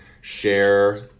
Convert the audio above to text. share